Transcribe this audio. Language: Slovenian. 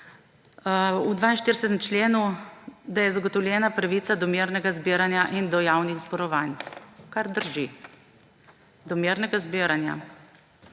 v 42. členu, da je zagotovljena pravica do mirnega zbiranja in do javnih zborovanj, kar drži – do mirnega zbiranja.